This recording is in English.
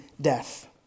death